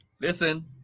Listen